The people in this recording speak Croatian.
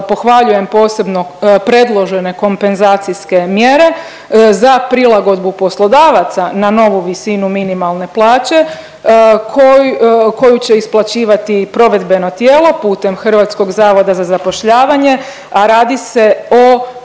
posebno predložene kompenzacijske mjere za prilagodbu poslodavaca na novu visinu minimalne plaće koji će isplaćivati provedbeno tijelo putem HZZ-a, a radi se o